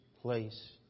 place